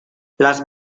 las